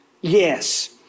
Yes